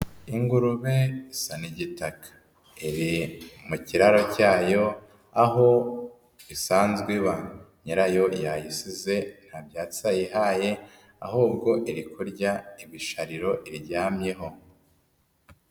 Ingurube isa n'igitaka iri mu kiraro cyayo aho isanzwe iba, nyirayo yayisize nta byatsi yayihaye ahubwo iri kurya ibishariro iryamyeho.